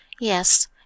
Yes